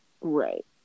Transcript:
Right